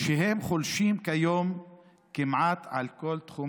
והם חולשים כיום כמעט על כל תחום,